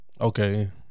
Okay